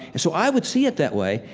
so i would see it that way,